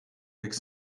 like